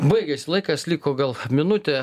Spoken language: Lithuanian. baigėsi laikas liko gal minutė